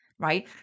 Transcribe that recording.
right